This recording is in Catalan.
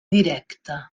directe